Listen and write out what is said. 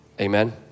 Amen